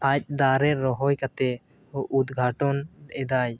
ᱟᱡ ᱫᱟᱨᱮ ᱨᱚᱦᱚᱭ ᱠᱟᱛᱮ ᱩᱫᱽᱜᱷᱟᱴᱚᱱ ᱮᱫᱟᱭ